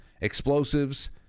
Explosives